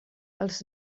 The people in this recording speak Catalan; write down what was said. els